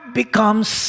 becomes